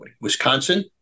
Wisconsin